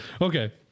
Okay